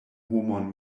homon